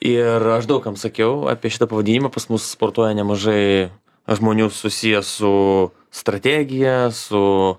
ir aš daug kam sakiau apie šitą pavadinimą pas mus sportuoja nemažai žmonių susiję su strategija su